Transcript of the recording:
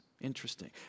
Interesting